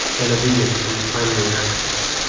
then a vegan, and finally an activist.